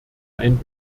ein